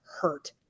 hurt